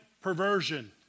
perversion